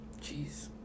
Jeez